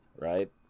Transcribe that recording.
right